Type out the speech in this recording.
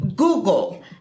Google